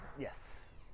Yes